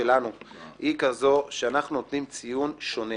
היא כזו שאנחנו נותנים ציון שונה